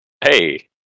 Hey